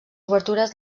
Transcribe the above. obertures